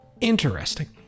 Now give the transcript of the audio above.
Interesting